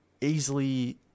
easily